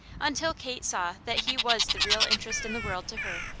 until kate saw that he was the real interest in the world to her.